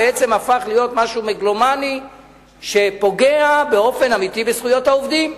בעצם הפך להיות משהו מגלומני שפוגע באופן אמיתי בזכויות העובדים.